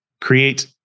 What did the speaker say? create